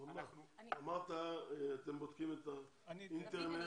אמרת שאתם בודקים את האינטרנט.